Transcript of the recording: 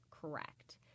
correct